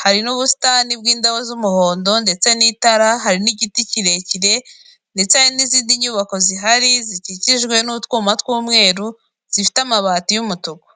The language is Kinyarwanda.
hari n'ubusitani bw'indabo z'umuhondo ndetse n'itara, hari n'igiti kirekire ndetse hari n'izindi nyubako zihari zikikijwe n'utwuma tw'umweru zifite amabati y'umutuku.